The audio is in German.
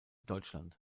deutschland